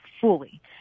fully